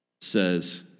says